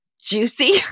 juicy